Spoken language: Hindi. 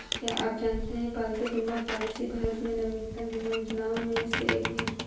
क्या आप जानते है पालतू बीमा पॉलिसी भारत में नवीनतम बीमा योजनाओं में से एक है?